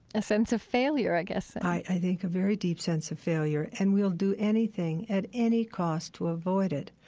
a sense of failure, i guess i think a very deep sense of failure. and we'll do anything, at any cost, to avoid it.